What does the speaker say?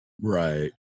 right